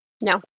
No